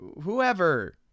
whoever